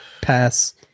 pass